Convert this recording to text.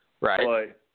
Right